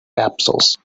capsules